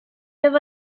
have